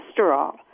cholesterol